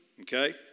okay